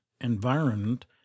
environment